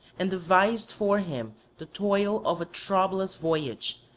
and devised for him the toil of a troublous voyage,